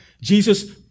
Jesus